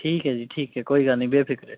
ਠੀਕ ਹੈ ਜੀ ਠੀਕ ਹੈ ਕੋਈ ਗੱਲ ਨਹੀਂ ਬੇਫਿਕਰੇ